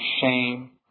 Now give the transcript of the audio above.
shame